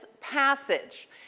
passage